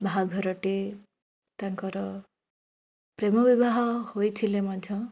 ବାହାଘରଟି ତାଙ୍କର ପ୍ରେମ ବିବାହ ହୋଇଥିଲେ ମଧ୍ୟ